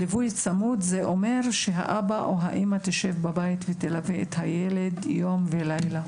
ליווי צמוד זה אומר שהאבא או האימא ישבו בבית וילוו את הילד יום ולילה.